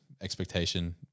expectation